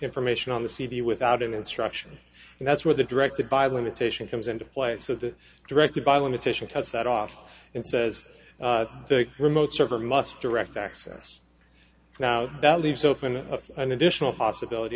information on the cd without instruction and that's where the directed by limitation comes into play so the directed by limitation cuts that off and says the remote server must direct access now that leaves open an additional possibility